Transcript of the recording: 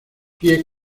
pie